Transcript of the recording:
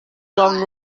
long